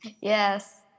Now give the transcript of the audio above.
Yes